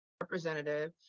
Representative